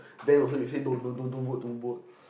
van also you say don't don't don't don't work don't work